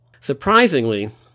Surprisingly